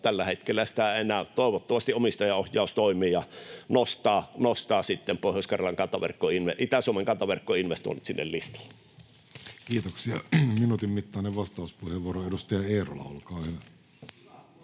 tällä hetkellä sitä ei näy. Toivottavasti omistajaohjaus toimii ja nostaa Itä-Suomen kantaverkkoinvestoinnit sinne listalle. Kiitoksia. — Minuutin mittainen vastauspuheenvuoro, edustaja Eerola, olkaa hyvä.